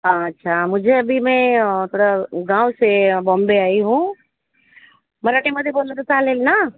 अच्छा मुझे अभी मैं प्र गाँव से बॉंबे आयी हूँ मराठीमध्ये बोललं तर चालेल ना